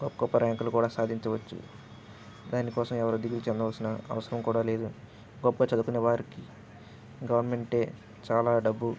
గొప్ప గొప్ప ర్యాంకులు కూడా సాధించవచ్చు దాని కోసం ఎవరు దిగులు చెందవల్సిన అవసరం కూడా లేదు గొప్పగా చదువుకునే వారికి గవర్నమెంటే చాలా డబ్బు